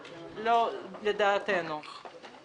לדעתנו זאת הרשימה.